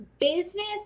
business